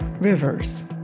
Rivers